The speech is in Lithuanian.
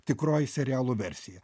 tikroji serialų versija